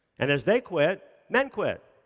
and as they quit, men quit.